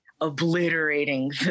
obliterating